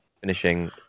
finishing